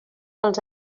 als